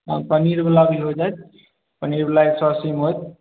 हँ पनीरबला भी हो जाएत पनीरबला एक सए अस्सीमे